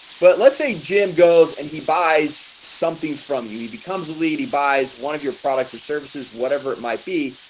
but let's say jim goes and he buys something from you he becomes a lead. he buys one of your products or services whatever it might be.